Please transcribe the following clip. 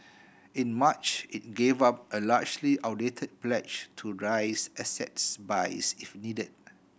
in March it gave up a largely outdated pledge to raise asset buys if needed